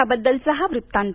त्याबद्दलचा हा वृत्तांत